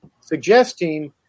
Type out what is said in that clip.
suggesting